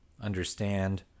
understand